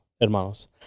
hermanos